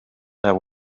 there